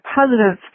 positive